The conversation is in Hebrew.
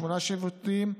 שמונה שופטים,